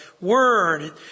word